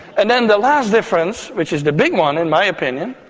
and then the last difference, which is the big one in my opinion,